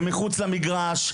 או מחוץ למגרש,